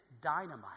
dynamite